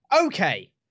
okay